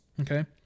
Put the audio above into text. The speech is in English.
Okay